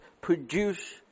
produce